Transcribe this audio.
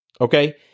Okay